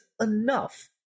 enough